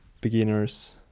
beginners